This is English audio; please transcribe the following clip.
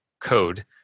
code